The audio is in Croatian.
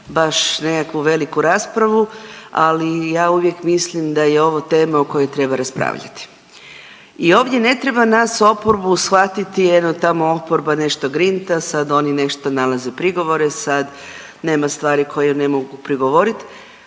nekakvu veliku raspravu, ali ja uvijek mislim da je ovo tema o kojoj treba raspravljati i ovdje ne treba nas oporbu shvatiti eno tamo oporba nešto grinta, sad oni nešto nalaze prigovore, sad nema stvari koje ne mogu prigovoriti,